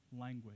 language